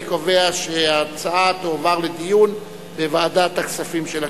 1. אני קובע שההצעה תועבר לדיון בוועדת הכספים של הכנסת.